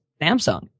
Samsung